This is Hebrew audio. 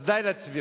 אז די לצביעות.